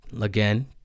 Again